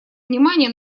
внимание